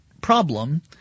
problem